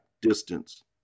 distance